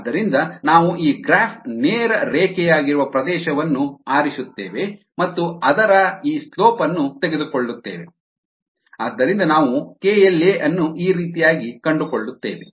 ಆದ್ದರಿಂದ ನಾವು ಈ ಗ್ರಾಫ್ ನೇರ ರೇಖೆಯಾಗಿರುವ ಪ್ರದೇಶವನ್ನು ಆರಿಸುತ್ತೇವೆ ಮತ್ತು ಅದರ ಈ ಸ್ಲೋಪ್ ಅನ್ನು ತೆಗೆದುಕೊಳ್ಳುತ್ತೇವೆ ಆದ್ದರಿಂದ ನಾವು kLa ಅನ್ನು ಈ ರೀತಿಯಾಗಿ ಕಂಡುಕೊಳ್ಳುತ್ತೇವೆ